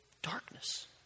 Darkness